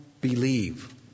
believe